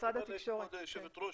לכבוד היושבת ראש,